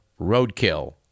roadkill